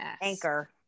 anchor